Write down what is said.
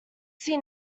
see